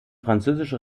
französische